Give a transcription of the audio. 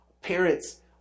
Parents